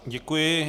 Děkuji.